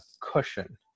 cushion